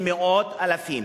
במאות אלפים,